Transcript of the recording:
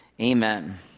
amen